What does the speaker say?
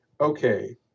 okay